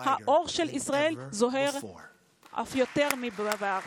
האור של ישראל זוהר יותר מבעבר.